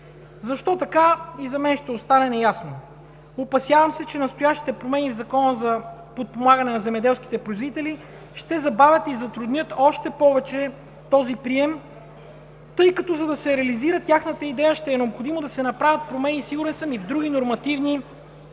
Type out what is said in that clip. Защо така, и за мен ще остане неясно. Опасявам се, че настоящите промени в Закона за подпомагане на земеделските производители ще забавят и затруднят още повече този прием, тъй като за да се реализира тяхната идея, ще е необходимо да се направят промени, сигурен съм, и в други нормативни актове.